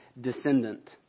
descendant